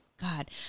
God